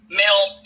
male